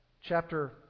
chapter